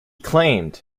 claimed